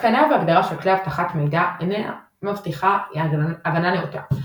התקנה והגדרה של כלי אבטחת מידע אינה מבטיחה הגנה נאותה,